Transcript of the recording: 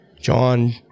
john